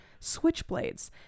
switchblades